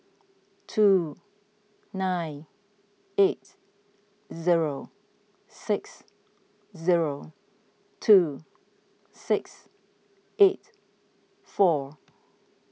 two nine eight zero six zero two six eight four